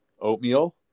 oatmeal